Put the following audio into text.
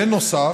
בנוסף,